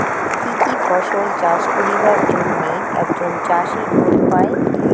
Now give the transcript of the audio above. কি কি ফসল চাষ করিবার জন্যে একজন চাষী লোন পায়?